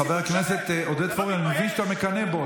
חבר הכנסת עודד פורר, אני מבין שאתה מקנא בו.